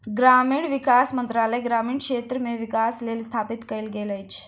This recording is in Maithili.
ग्रामीण विकास मंत्रालय ग्रामीण क्षेत्र मे विकासक लेल स्थापित कयल गेल अछि